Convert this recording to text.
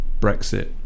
Brexit